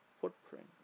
footprint